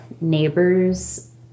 neighbors